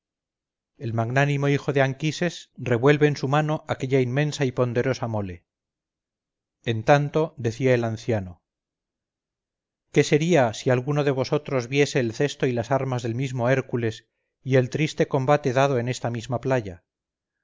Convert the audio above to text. el magnánimo hijo de anquises revuelve en su mano aquella inmensa y ponderosa mole en tanto decía el anciano qué sería si alguno de vosotros viese el cesto y las armas del mismo hércules y el triste combate dado en esta misma playa